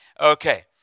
Okay